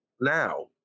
now